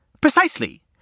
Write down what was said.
Precisely